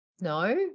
No